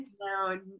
No